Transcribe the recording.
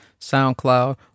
SoundCloud